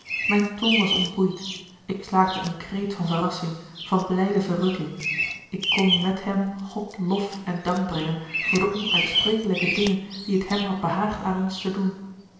mijne tong was ontboeid ik slaakte een kreet van verrassing van blijde verrukking ik kon met hem gode lof en dank brengen voor de onuitsprekelijke dingen die het hem had behaagd aan ons te doen